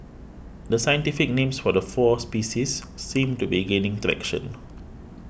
the scientific names for the four species seem to be gaining traction